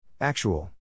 Actual